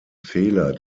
fehler